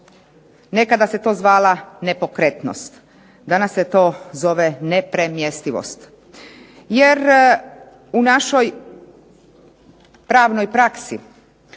Nekada se to zvala nepokretnost. Danas se to zove nepremjestivost. Jer u našoj pravnoj praksi,